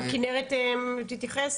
גם כנרת תתייחס?